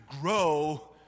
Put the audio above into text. grow